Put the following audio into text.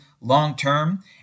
long-term